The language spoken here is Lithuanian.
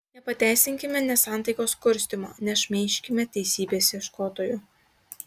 nepateisinkime nesantaikos kurstymo nešmeižkime teisybės ieškotojų